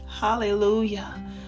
Hallelujah